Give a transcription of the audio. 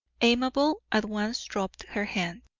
amabel at once dropped her hand.